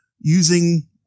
using